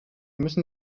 müssen